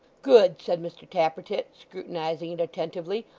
good, said mr tappertit, scrutinising it attentively,